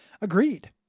agreed